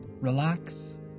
relax